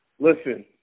Listen